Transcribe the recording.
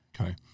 Okay